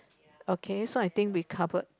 okay so I think we covered